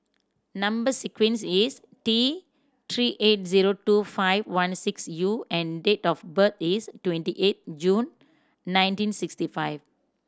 number sequence is T Three eight zero two five one six U and date of birth is twenty eight June nineteen sixty five